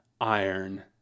iron